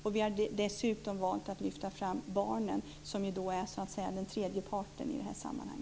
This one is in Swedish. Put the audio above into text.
Vi har dessutom valt att lyfta fram barnen som ju är den tredje parten i det här sammanhanget.